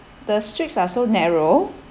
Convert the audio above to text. the streets are so narrow